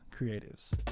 Creatives